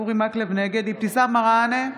אבתיסאם מראענה,